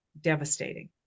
devastating